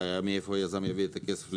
מאיפה היזם יביא את הכסף?